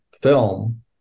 film